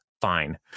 fine